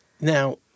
Now